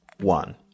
one